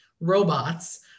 robots